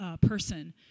person